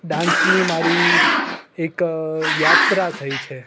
ડાન્સની મારી એક યાત્રા થઈ છે